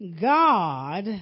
God